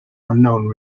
unknown